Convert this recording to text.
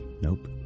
nope